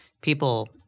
people